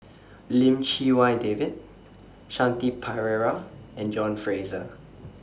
Lim Chee Wai David Shanti Pereira and John Fraser